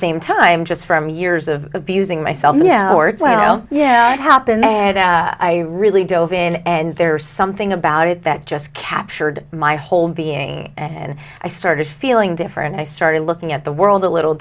same time just from years of abusing myself so yeah it happened i really don't even and there's something about it that just captured my whole being and i started feeling different i started looking at the world a little